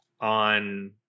on